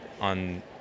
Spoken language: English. on